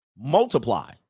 multiply